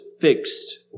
fixed